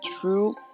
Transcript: true